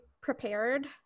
prepared